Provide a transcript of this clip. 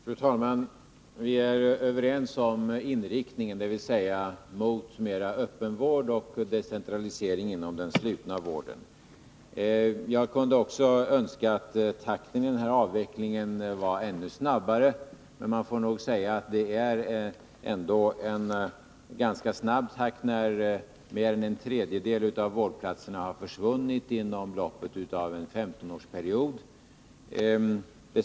Fru talman! Vi är överens när det gäller inriktningen, dvs. mer öppen vård och decentralisering inom den slutna vården. Också jag skulle önska att avvecklingstakten var ännu snabbare. Men man får nog säga att det ändå går ganska snabbt. Mer än en tredjedel av vårdplatserna har ju försvunnit inom loppet av en 15-årsperiod.